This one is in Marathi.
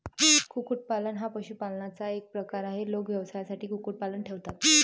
कुक्कुटपालन हा पशुपालनाचा एक प्रकार आहे, लोक व्यवसायासाठी कुक्कुटपालन ठेवतात